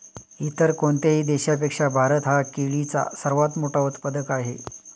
इतर कोणत्याही देशापेक्षा भारत हा केळीचा सर्वात मोठा उत्पादक आहे